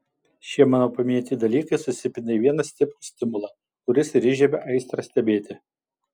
šie mano paminėti dalykai susipina į vieną stiprų stimulą kuris ir įžiebia aistrą stebėti